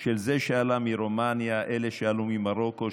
של זה שעלה מרומניה ואלה שעלו ממרוקו,